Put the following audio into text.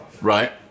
Right